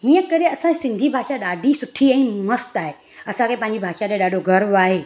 हीअं करे असांजी सिंधी भाषा ॾाढी सुठी ऐं मस्तु आहे असांखे पंहिंजी भाषा ते ॾाढो गर्व आहे